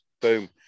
Boom